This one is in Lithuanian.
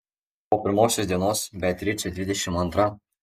po pirmosios dienos beatričė dvidešimt antra